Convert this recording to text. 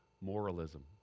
moralism